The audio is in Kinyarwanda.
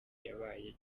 yabaye